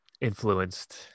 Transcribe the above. influenced